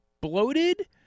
bloated